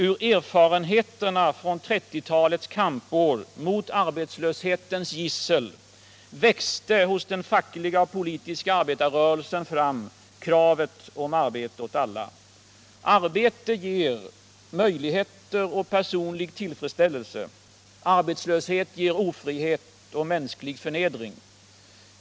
Ur erfarenheterna från 1930-talets kampår mot arbetslöshetens gissel växte inom den fackliga och politiska arbetarrörelsen fram kravet på arbete åt alla. Arbete ger möjligheter och personlig tillfredsställelse. Arbetslöshet ger ofrihet och mänsklig förnedring.